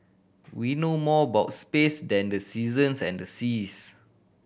we know more about space than the seasons and the seas